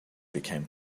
became